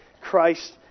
Christ